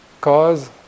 cause